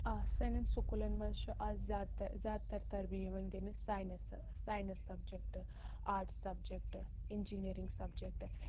آ سانٮ۪ن سکوٗلَن منٛز چھِ از زیادٕ تر زیادٕ تر ترجیح یِوان دِنہٕ science science subject arts subject engineering subject